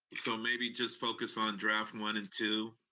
so maybe just focus on draft one and two,